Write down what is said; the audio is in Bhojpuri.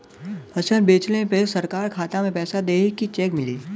फसल बेंचले पर सरकार खाता में पैसा देही की चेक मिली?